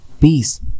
Peace